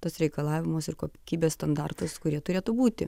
tuos reikalavimus ir kokybės standartus kurie turėtų būti